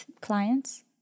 clients